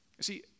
See